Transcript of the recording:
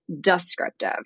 descriptive